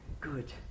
good